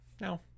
no